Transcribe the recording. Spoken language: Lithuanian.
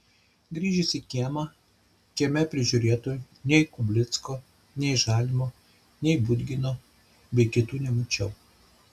grįžęs į kiemą kieme prižiūrėtojų nei kublicko nei žalimo nei budgino bei kitų nemačiau